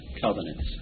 covenants